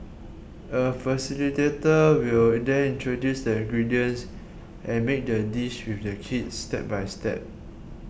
a facilitator will then introduce the ingredients and make the dish with the kids step by step